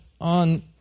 on